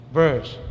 verse